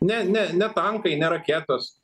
ne ne ne tankai ne raketos